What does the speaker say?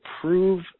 prove